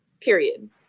period